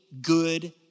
good